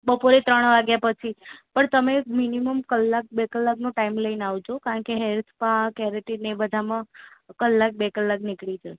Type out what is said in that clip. બપોરે ત્રણ વાગ્યા પછી પર તમે મિનિમમ કલાક બે કલાક ટાઇમ લઈ ને આવજો કારણકે હેર સ્પા કે આવી રીતે બધામાં કલાક બે કલાક નીકળી જાય છે